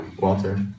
Walter